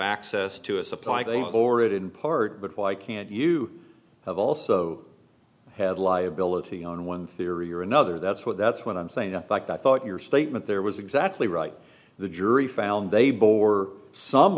access to a supply or it in part but why can't you have also had liability on one theory or another that's what that's what i'm saying to back that thought your statement there was exactly right the jury found they bore some